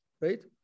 right